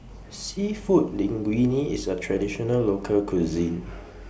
Seafood Linguine IS A Traditional Local Cuisine